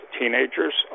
teenagers